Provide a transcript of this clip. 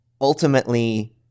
ultimately